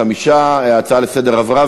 5. ההצעה לסדר-היום עברה,